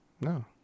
No